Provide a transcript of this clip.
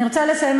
אני רוצה לסיים,